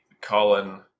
Colin